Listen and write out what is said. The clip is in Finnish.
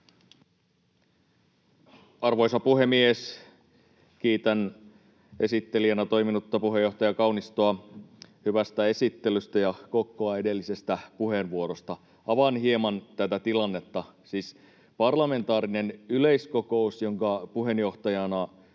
Arvoisa puhemies! Kiitän esittelijänä toiminutta puheenjohtaja Kaunistoa hyvästä esittelystä ja Kokkoa edellisestä puheenvuorosta. Avaan hieman tätä tilannetta. Parlamentaarinen yleiskokous, jonka puheenjohtajana